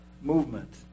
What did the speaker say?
movement